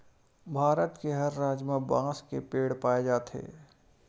भारत के हर राज म बांस के पेड़ पाए जाथे